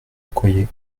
accoyer